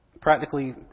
practically